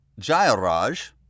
Jairaj